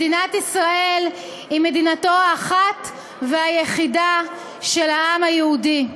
מדינת ישראל היא מדינתו האחת והיחידה של העם היהודי.